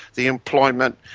the employment,